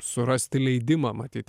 surasti leidimą matyt